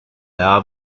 daba